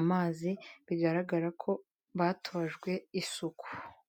amazi bigaragara ko batojwe isuku.